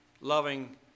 loving